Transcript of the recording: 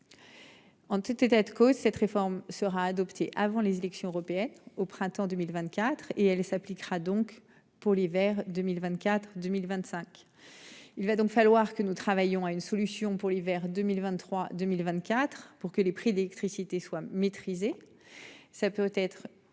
En tout état de cause, cette réforme sera adoptée avant les élections européennes au printemps 2024 et elle elle s'appliquera donc pour l'hiver 2024 2025. Il va donc falloir que nous travaillons à une solution pour l'hiver 2023 2024 pour que les prix d'électricité soit maîtrisée. Ça peut être